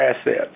assets